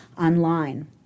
online